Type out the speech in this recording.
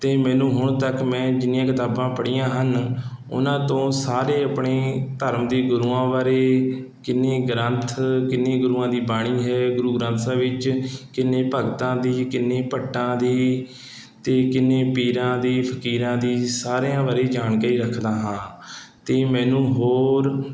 ਅਤੇ ਮੈਨੂੰ ਹੁਣ ਤੱਕ ਮੈਂ ਜਿੰਨੀਆਂ ਕਿਤਾਬਾਂ ਪੜ੍ਹੀਆਂ ਹਨ ਉਹਨਾਂ ਤੋਂ ਸਾਰੇ ਆਪਣੇ ਧਰਮ ਅਤੇ ਗੁਰੂਆਂ ਬਾਰੇ ਕਿੰਨੇ ਗ੍ਰੰਥ ਕਿੰਨੇ ਗੁਰੂਆਂ ਦੀ ਬਾਣੀ ਹੈ ਗੁਰੂ ਗ੍ਰੰਥ ਸਾਹਿਬ ਵਿੱਚ ਕਿੰਨੇ ਭਗਤਾਂ ਦੀ ਕਿੰਨੇ ਭੱਟਾਂ ਦੀ ਅਤੇ ਕਿੰਨੇ ਪੀਰਾਂ ਦੀ ਫਕੀਰਾਂ ਦੀ ਸਾਰਿਆਂ ਬਾਰੇ ਜਾਣਕੇ ਰੱਖਦਾ ਹਾਂ ਅਤੇ ਮੈਨੂੰ ਹੋਰ